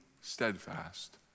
steadfast